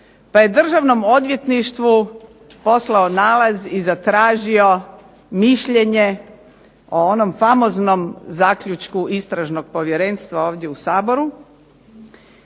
pa je državnom odvjetništvu poslao nalaz i zatražio mišljenje o onom famoznom zaključku istražnog povjerenstva ovdje u Saboru